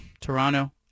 Toronto